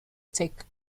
take